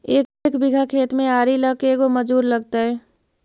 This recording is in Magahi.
एक बिघा खेत में आरि ल के गो मजुर लगतै?